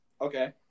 Okay